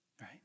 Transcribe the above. right